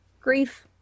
grief